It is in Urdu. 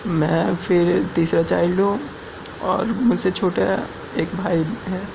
میں پھر تیسرا چائلڈ ہوں اور مجھ سے چھوٹا ایک بھائی ہے